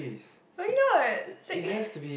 why not sick